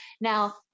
Now